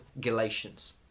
Galatians